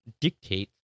dictates